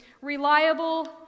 reliable